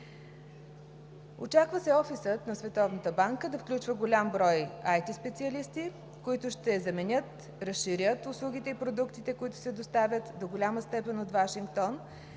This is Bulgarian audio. Очаква се офисът на Световната банка да включва голям брой IT специалисти, които ще заменят, разширят услугите и продуктите, които се доставят до голяма степен от Вашингтон,